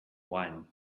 wine